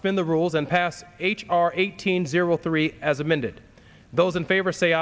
d the rules and pass h r eighteen zero three as amended those in favor say